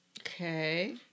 Okay